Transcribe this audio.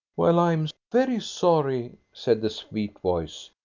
well, i'm very sorry, said the sweet voice.